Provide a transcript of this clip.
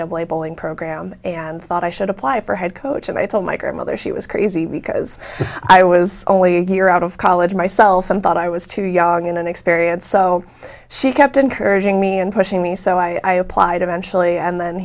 bowling program and thought i should apply for head coach and i told my grandmother she was crazy because i was only a year out of college myself and thought i was too young and inexperienced so she kept encouraging me and pushing me so i applied eventually and then